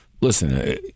Listen